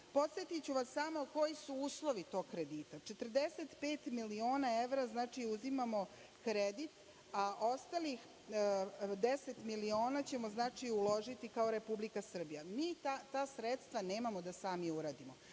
saradnje. Podsetiću vas samo koji su uslovi tog kredita – 45 miliona evra, znači, uzimamo kredit, a ostalih 10 miliona ćemo uložiti kao Republika Srbija. Mi ta sredstva nemamo da sami uradimo,